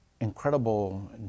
incredible